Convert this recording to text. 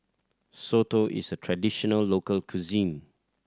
soto is a traditional local cuisine